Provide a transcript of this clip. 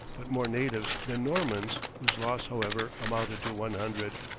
but more natives than normans, whose loss, however, amounted to one hundred.